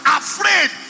afraid